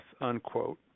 unquote